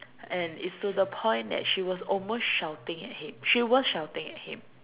and it's to the point that she was almost shouting at him she was shouting at him